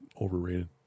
overrated